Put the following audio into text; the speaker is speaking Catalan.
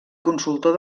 consultor